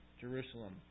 Jerusalem